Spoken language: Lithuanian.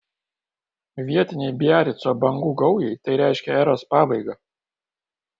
vietinei biarico bangų gaujai tai reiškė eros pabaigą